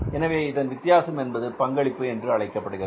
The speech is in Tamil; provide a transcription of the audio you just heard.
எனவே இதன் வித்தியாசம் என்பது பங்களிப்பு என்று அழைக்கப்படுகிறது